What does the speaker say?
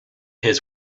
his